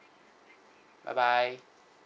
bye bye